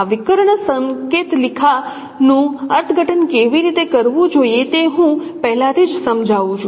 આ વિકર્ણ સંકેતલિખાનું અર્થઘટન કેવી રીતે કરવું જોઈએ તે હું પહેલાથી જ સમજાવું છું